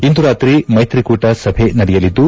ಇಂದು ರಾತ್ರಿ ಮೈತ್ರಿಕೂಟ ಸಭೆ ನಡೆಯಲಿದ್ದು